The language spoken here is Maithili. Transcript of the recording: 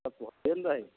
सब होते नहि रहय